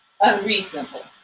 unreasonable